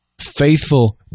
faithful